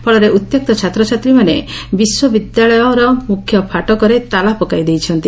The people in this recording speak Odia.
ଫଳରେ ଉତ୍ୟକ୍ତ ଛାତ୍ରଛାତ୍ରୀମାନେ ବିଶ୍ୱବିଦ୍ୟାଳୟର ମୁଖ୍ୟ ଫାଟକରେ ତାଲା ପକାଇ ଦେଇଛନ୍ତି